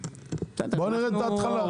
כן, בוא נראה את ההתחלה.